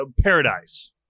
Paradise